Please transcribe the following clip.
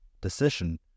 decision